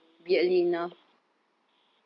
mm interesting